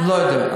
אני לא יודע.